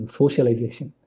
socialization